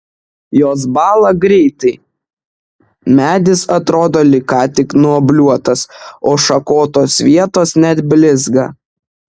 jos bąla greitai medis atrodo lyg ką tik nuobliuotas o šakotos vietos net blizga